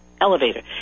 elevator